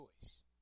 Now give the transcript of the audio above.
choice